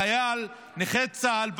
החייל נכה צה"ל,